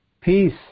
peace